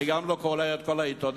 אני גם לא קורא את כל העיתונים,